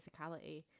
physicality